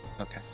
okay